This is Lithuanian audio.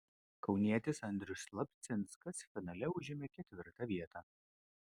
kaunietis andrius slapcinskas finale užėmė ketvirtą vietą